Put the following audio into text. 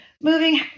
moving